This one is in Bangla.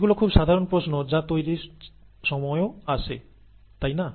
এগুলো খুব সাধারন প্রশ্ন যা চা তৈরীর সময়ও আসে তাই না